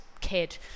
kid